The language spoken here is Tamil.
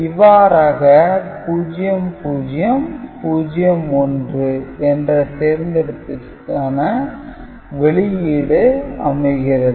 இவ்வாறாக 00 01 என்ற தேர்ந்தேடுப்பிற்கான வெளியீடு அமைகிறது